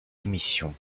émissions